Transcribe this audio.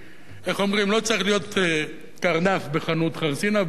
לא צריך להיות קרנף בחנות חרסינה, ודאי שלא פיל.